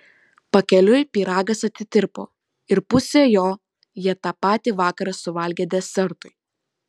pakeliui pyragas atitirpo ir pusę jo jie tą patį vakarą suvalgė desertui